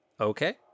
Okay